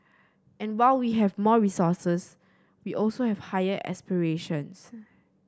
and while we have more resources we also have higher aspirations